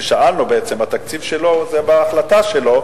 בעצם התקציב שלו הוא לפי החלטתו,